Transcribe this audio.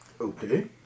Okay